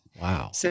Wow